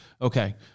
Okay